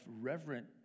reverent